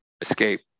escape